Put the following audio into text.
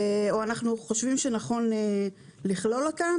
או אנחנו חושבים שנכון לכלול אותן?